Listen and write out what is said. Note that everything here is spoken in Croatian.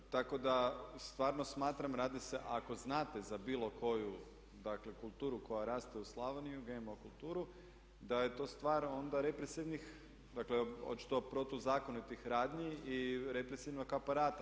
Tako da stvarno smatram, radi se, ako znate za bilo koju dakle kulturu koja raste u Slavoniji, GMO kulturu da je to stvar onda represivnih, dakle očito protuzakonitih radnji i represivnog aparata.